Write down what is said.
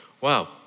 wow